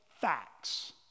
facts